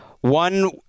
one